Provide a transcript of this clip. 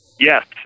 Yes